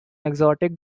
exotic